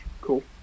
cool